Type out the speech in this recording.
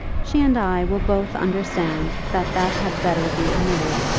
she and i will both understand that that had better be omitted.